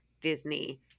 Disney